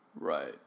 Right